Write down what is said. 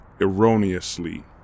erroneously